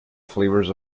flavors